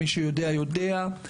מי שיודע יודע,